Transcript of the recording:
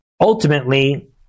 ultimately